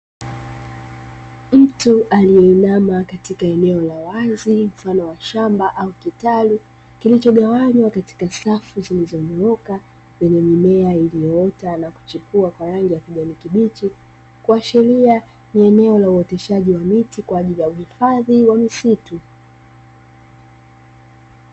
Mtu aliyeinama katika eneo la wazi mfano wa shamba au kitalu kilichogawanywa katika safu zilizonyooka, kwenye mimea iliyoota na kuchipua kwa rangi ya kijani kibichi, kuashiria ni eneo la uoteshaji wa miti kwa ajili ya uhifadhi wa misitu.